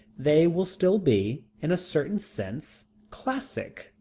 they will still be, in a certain sense, classic,